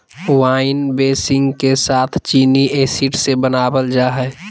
wine बेसींग के साथ चीनी एसिड से बनाबल जा हइ